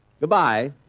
Goodbye